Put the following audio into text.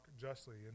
justly